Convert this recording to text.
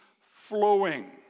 flowing